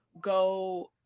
go